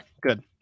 good